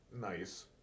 nice